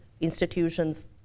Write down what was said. institutions